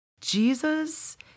Jesus